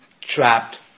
trapped